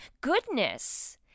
goodness